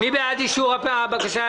מי בעד אישור הבקשה?